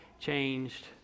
changed